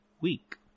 week